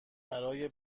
برای